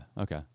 okay